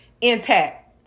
intact